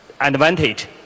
advantage